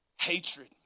Hatred